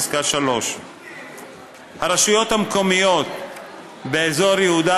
פסקה 3. הרשויות המקומיות באזור יהודה